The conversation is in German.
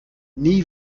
nie